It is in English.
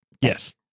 Yes